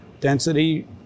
Density